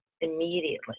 immediately